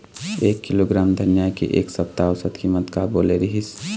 एक किलोग्राम धनिया के एक सप्ता औसत कीमत का बोले रीहिस?